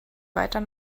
weiter